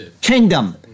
Kingdom